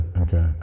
Okay